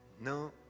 no